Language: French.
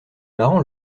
marrant